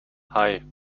hei